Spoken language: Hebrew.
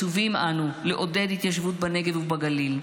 מצווים אנו לעודד התיישבות בנגב ובגליל,